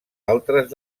altres